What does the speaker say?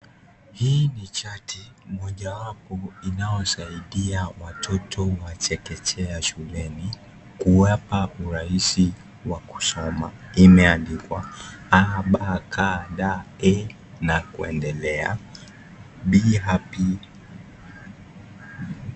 Hii ni chati mojawapo inayosaidia watoto wa chekechea shuleni kuwapa urahisi wa kusoma. Imeandikwa " aa, baa, ghaa, daa, ee" na kuendelea.